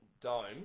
dome